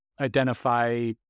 identify